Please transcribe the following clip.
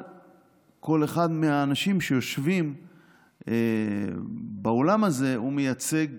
כל אחד מהאנשים שיושבים באולם הזה מייצג